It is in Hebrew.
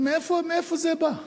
מאיפה זה בא?